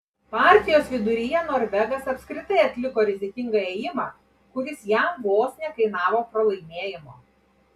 partijos viduryje norvegas apskritai atliko rizikingą ėjimą kuris jam vos nekainavo pralaimėjimo